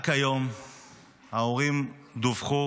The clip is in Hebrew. רק היום ההורים דווחו